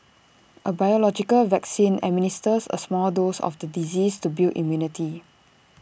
A biological vaccine administers A small dose of the disease to build immunity